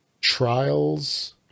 Trials